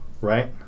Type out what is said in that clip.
right